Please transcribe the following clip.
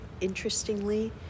interestingly